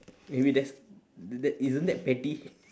maybe that's that isn't that petty